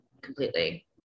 completely